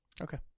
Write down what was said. Okay